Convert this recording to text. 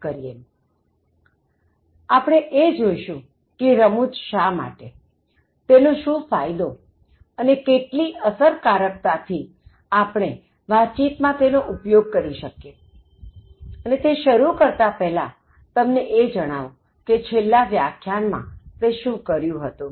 તો આપણે એ જોઇશું કે રમૂજ શા માટેતેનો શું ફાયદો અને કેટલી અસરકારકતા થી આપણે વાતચીત માં તેનો ઉપયોગ કરી શકીએઅને તે શરુ કરતા પહેલાં તમને એ જણાવું કે છેલ્લા વ્યાખ્યાન માં અમે શું કર્યુ હતું